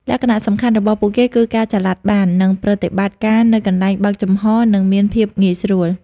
លក្ខណៈសំខាន់របស់ពួកគេគឺការចល័តបាន និងប្រតិបត្តិការនៅកន្លែងបើកចំហនឹងមានភាពងាយស្រួល ។